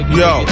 yo